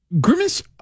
grimace